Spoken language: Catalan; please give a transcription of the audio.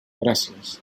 gràcies